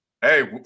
hey